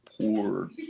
poor